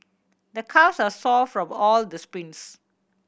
the calves are sore from all the sprints